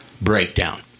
breakdown